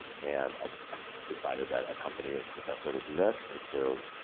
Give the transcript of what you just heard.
and i've decided that a company is the best way to do that and so,